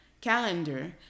calendar